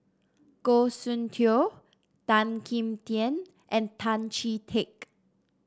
Goh Soon Tioe Tan Kim Tian and Tan Chee Teck